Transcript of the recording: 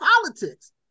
politics